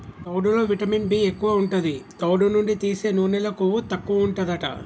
తవుడులో vitamin B ఎక్కువు ఉంటది, తవుడు నుండి తీసే నూనెలో కొవ్వు తక్కువుంటదట